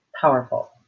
powerful